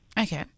Okay